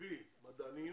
הבאת מדענים